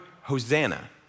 Hosanna